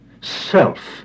Self